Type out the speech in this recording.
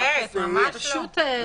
אני מצטערת, ממש לא.